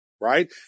Right